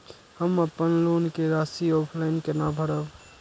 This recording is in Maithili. हम अपन लोन के राशि ऑफलाइन केना भरब?